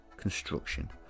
Construction